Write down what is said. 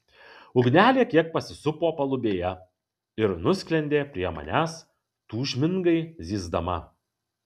ugnelė kiek pasisupo palubėje ir nusklendė prie manęs tūžmingai zyzdama